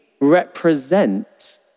represent